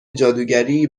جادوگری